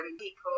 people